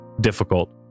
difficult